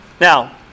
Now